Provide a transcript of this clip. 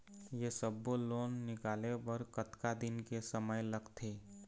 ये सब्बो लोन निकाले बर कतका दिन के समय लगथे?